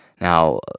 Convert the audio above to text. Now